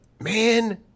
man